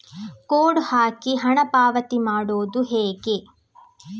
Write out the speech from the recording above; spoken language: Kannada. ಕೋಡ್ ಹಾಕಿ ಹಣ ಪಾವತಿ ಮಾಡೋದು ಹೇಗೆ?